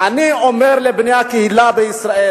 אני אומר לבני הקהילה בישראל: